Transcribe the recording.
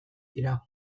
dira